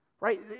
Right